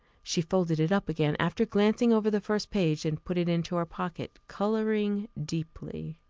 she folded it up again after glancing over the first page, and put it into her pocket, colouring deeply.